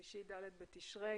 היום יום שלישי ד' בתשרי,